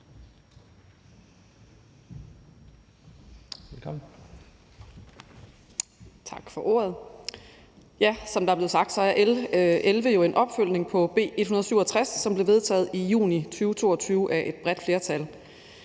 Tak for ordet.